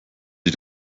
sie